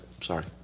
Sorry